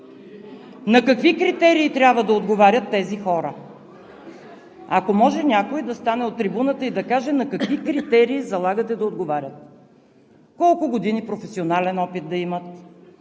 На какви критерии трябва да отговарят тези хора? Ако може, някой да стане и от трибуната да каже на какви критерии залагате да отговарят: колко години професионален опит да имат,